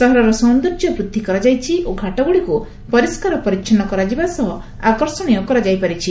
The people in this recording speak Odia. ସହରର ସୌନ୍ଦର୍ଯ୍ୟ ବୃଦ୍ଧି କରାଯାଇଛି ଓ ଘାଟଗୁଡ଼ିକୁ ପରିଷ୍କାରପରିଚ୍ଛନ୍ କରାଯିବା ସହ ଆକର୍ଷଣୀୟ କରାଯାଇପାରିଛି